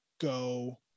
go